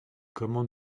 comment